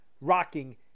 rocking